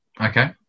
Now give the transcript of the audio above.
Okay